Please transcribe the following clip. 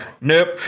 nope